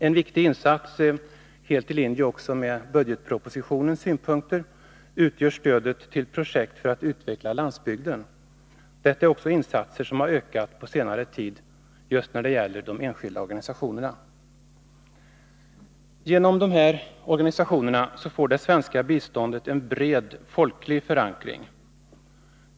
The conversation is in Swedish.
En viktig insats — helt i linje med budgetpropositionens synpunkter — utgör stödet till projekt för att utveckla landsbygden. Detta är också insatser som har ökat på senare tid just från de enskilda organisationerna. Genom de enskilda organisationerna får det svenska biståndet en bred, folklig förankring.